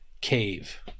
cave